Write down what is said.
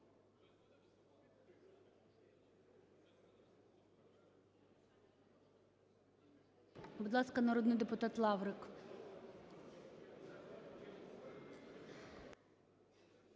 Будь ласка, народний депутат Лаврик.